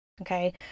Okay